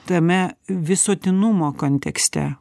tame visuotinumo kontekste